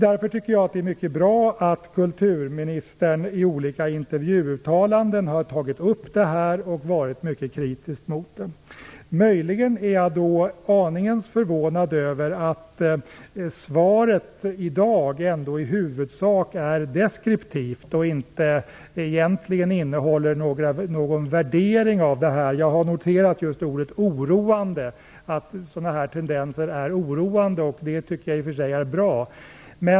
Därför är det mycket bra att kulturministern i olika intervjuuttalanden har tagit upp det här och varit mycket kritisk mot det. Möjligen är jag aningen förvånad över att svaret i dag ändå i huvudsak är deskriptivt och inte egentligen innehåller någon värdering. Jag har noterat just ordet "oroande", att sådana här tendenser är "oroande", och det tycker jag i och för sig är bra.